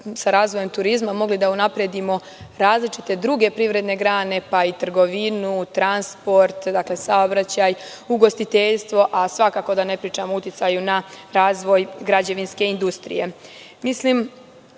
sa razvojem turizma mogli da unapredimo različite druge privredne grane, pa i trgovinu, transport, saobraćaj, ugostiteljstvo, a svakako da ne pričam o uticaju na razvoj građevinske industrije. Mislim